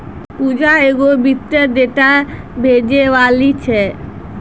पूजा एगो वित्तीय डेटा बेचैबाली छै